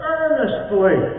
earnestly